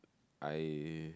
I